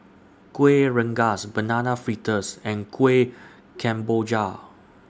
Kueh Rengas Banana Fritters and Kuih Kemboja